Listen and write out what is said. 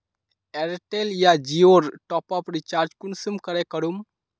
Airtel या जियोर top up recharge कुंसम करे करूम?